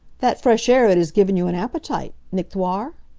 that fresh air it has given you an appetite, nicht wahr?